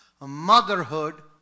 motherhood